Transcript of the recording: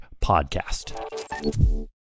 podcast